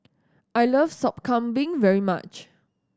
I like Sop Kambing very much